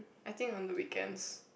I think on the weekends